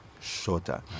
shorter